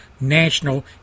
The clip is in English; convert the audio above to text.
National